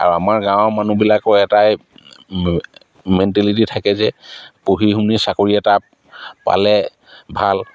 আৰু আমাৰ গাঁৱৰ মানুহবিলাকৰ এটাই মেণ্টেলিটি থাকে যে পঢ়ি শুনি চাকৰি এটা পালে ভাল